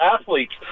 athletes